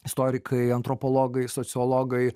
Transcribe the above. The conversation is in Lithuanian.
istorikai antropologai sociologai